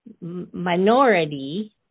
minority